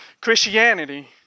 Christianity